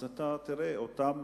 אז אתה תראה את אותם